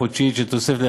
זה חוסר החינוך של המופרעים